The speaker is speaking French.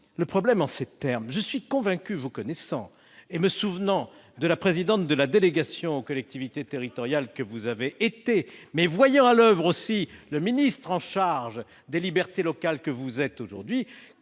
la ministre, je suis convaincu, vous connaissant, et me souvenant de la présidente de la délégation sénatoriale aux collectivités territoriales que vous avez été, mais voyant aussi à l'oeuvre la ministre chargée des libertés locales que vous êtes aujourd'hui,